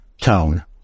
tone